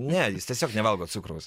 ne jis tiesiog nevalgo cukraus